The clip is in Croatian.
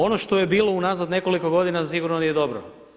Ono što je bilo unazad nekoliko godina sigurno nije dobro.